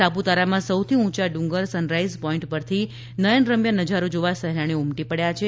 સાપુતારામાં સૌથી ઉંચા ડુંગર સનરાઈઝ પોઇન્ટ પરથી નયનરમ્ય નજારો જોવા સહેલાણીઓ ઉમટી પડ્યા છે